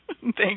Thank